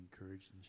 encouraged